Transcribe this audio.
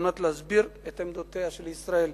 על מנת להסביר את עמדותיה של ישראל.